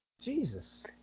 Jesus